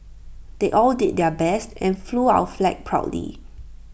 they all did their best and flew our flag proudly